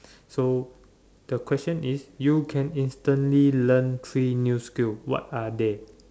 so the question is you can instantly learn three new skill what are they